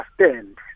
understand